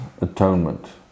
atonement